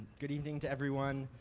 good evening to everyone.